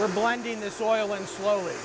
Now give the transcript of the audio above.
we're blending the soil and slowly